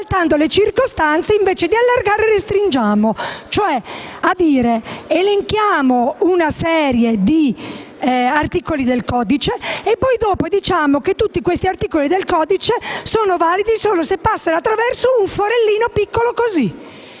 restringiamo. Elenchiamo una serie di articoli del codice per poi dire che tutti questi articoli del codice sono validi solo se passano attraverso un forellino piccolissimo.